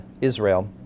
Israel